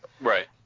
Right